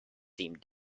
seem